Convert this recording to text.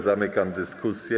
Zamykam dyskusję.